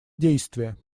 действия